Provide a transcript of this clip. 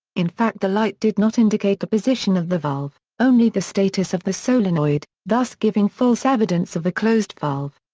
in fact the light did not indicate the position of the valve, only the status of the solenoid, thus giving false evidence of a closed valve.